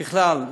ככלל,